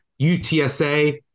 UTSA